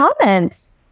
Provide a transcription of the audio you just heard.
comments